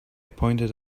pointed